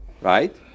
Right